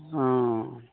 ᱳ